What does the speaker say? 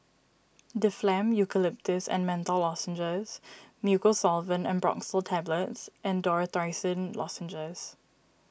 Difflam Eucalyptus and Menthol Lozenges Mucosolvan Ambroxol Tablets and Dorithricin Lozenges